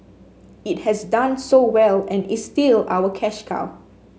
it has done so well and is still our cash cow